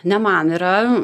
ne man yra